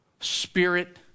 Spirit